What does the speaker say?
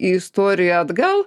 į istoriją atgal